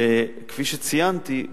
כפי שציינתי,